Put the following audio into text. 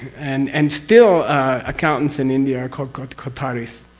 and, and still accountants in india are called called kotaris.